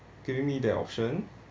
giving me that option